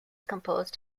composed